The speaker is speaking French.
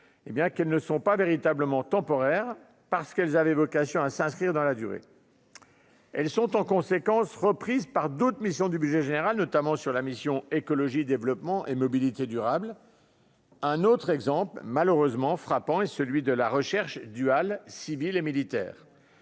qu'elles ne sont pas véritablement temporaire parce qu'elles avaient vocation à s'inscrire dans la durée, elles sont en conséquence, reprise par d'autres missions du budget général, notamment sur la mission Écologie développement et mobilités durables, un autre exemple malheureusement frappant est celui de la recherche duale, civile et militaire,